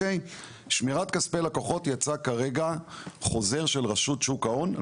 לגבי שמירת כספי לקוחות יצא כרגע חוזר של רשות שוק ההון.